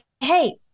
hey